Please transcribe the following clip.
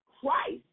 Christ